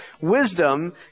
Wisdom